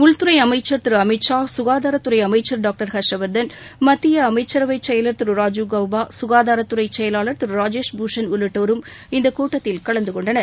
உள்துறை அமைச்சர் திரு அமித் ஷா சுகாதாரத்துறை அமைச்சர் டாக்டர் ஹர்ஷ் வர்தன் மத்திய அமைச்சரவை செயலாளர் திரு ராஜீவ் கௌபா சுகாதாரத்துறை செயலாளர் திரு ராஜேஷ் பூஷன் உள்ளிட்டோரும் இந்தக் கூட்டத்தில் கலந்து கொண்டனர்